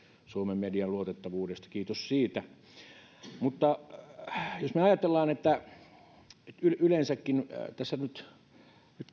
suomen median luotettavuudesta kiitos siitä että jos me yleensäkin ajattelemme nyt